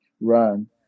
run